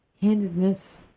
handedness